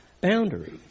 boundary